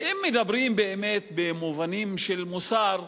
אם מדברים באמת במובנים של מוסר,